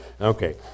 Okay